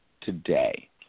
today